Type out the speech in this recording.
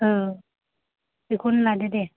औ बेखौनो लादो दे